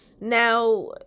now